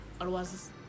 otherwise